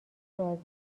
راضیم